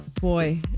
boy